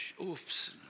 oops